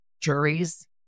juries